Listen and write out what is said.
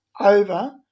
over